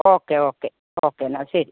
okay okay okay എന്നാൽ ശരി